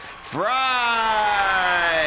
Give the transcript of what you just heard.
Fry